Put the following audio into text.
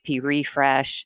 Refresh